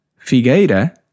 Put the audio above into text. figueira